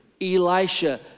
Elisha